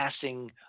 passing